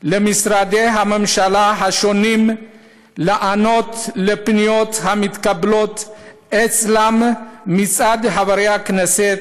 למשרדי הממשלה השונים לענות על הפניות המתקבלות אצלם מצד חברי הכנסת,